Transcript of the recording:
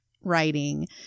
writing